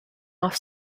off